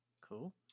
cool